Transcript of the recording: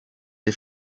des